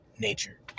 nature